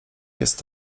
jest